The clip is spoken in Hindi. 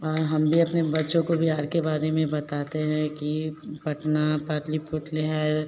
और हम भी अपने बच्चों को बिहार के बारे में बताते हैं कि पटना पटलीपुत्र है